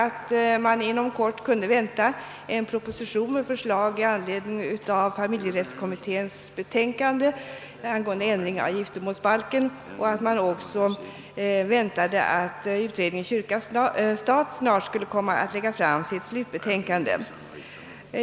året till att det inom kort kunde; väntas en proposition med förslag i anledning av familjerättskommitténs betänkande angående ändring av, giftermålsbalken samt att utredningen kyrka—stat också snart skulle komma att lägga fram sitt slutbetänkande.